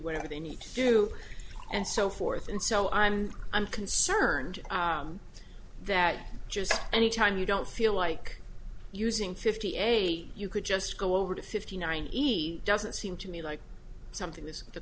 whatever they need to do and so forth and so i'm i'm concerned that just any time you don't feel like using fifty eight you could just go over to fifty nine easy doesn't seem to me like something this the